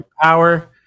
power